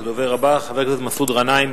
הדובר הבא, חבר הכנסת מסעוד גנאים.